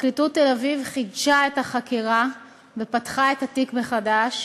פרקליטות תל-אביב חידשה את החקירה ופתחה את התיק מחדש,